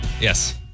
yes